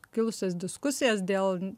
kilusias diskusijas dėl